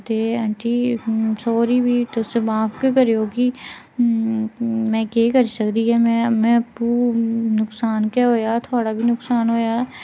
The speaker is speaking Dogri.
ते आंटी हून सोरी भी तुस माफ गै करी ओड़ो मिगी मे केह् करी सकदी में में आपूं नुक्सान गै होएआ थुआढ़ा बी नुक्सान होएआ